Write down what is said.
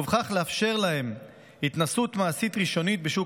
וכך לאפשר להם התנסות מעשית ראשונית בשוק